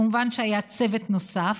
מובן שהיה צוות נוסף,